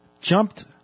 jumped